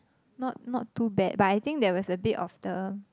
not not too bad but I think there was a bit of the